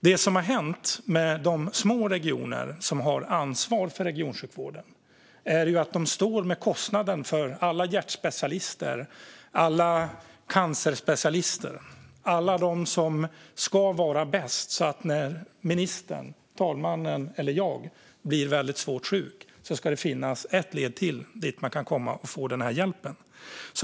Det som har hänt med de små regioner som har ansvar för regionsjukvården är att de står med kostnaden för alla hjärtspecialister, alla cancerspecialister och alla som ska vara bäst så att det, när ministern, talmannen eller jag blir svårt sjuk, ska finnas ett led till dit vi kan komma för att få hjälp.